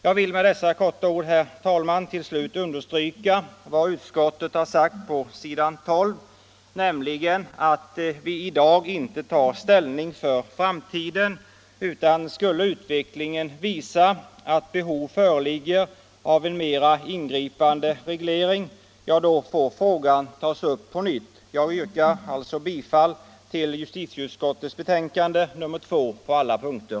Jag vill med dessa få ord, herr talman, till slut understryka vad utskottet har sagt på s. 12, nämligen att vi i dag inte tar ställning för framtiden, men skulle utvecklingen visa att behov föreligger av en mera ingripande reglering får frågan tas upp på nytt. Herr talman! Jag yrkar bifall till justitieutskottets hemställan på alla punkter.